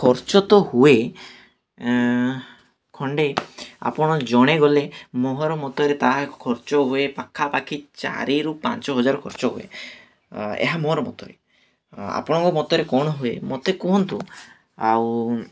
ଖର୍ଚ୍ଚ ତ ହୁଏ ଖଣ୍ଡେ ଆପଣ ଜଣେ ଗଲେ ମୋର ମତରେ ତାହା ଖର୍ଚ୍ଚ ହୁଏ ପାଖାପାଖି ଚାରିରୁ ପାଞ୍ଚ ହଜାର ଖର୍ଚ୍ଚ ହୁଏ ଏହା ମୋର ମତରେ ଆପଣଙ୍କ ମତରେ କ'ଣ ହୁଏ ମୋତେ କୁହନ୍ତୁ ଆଉ